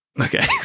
Okay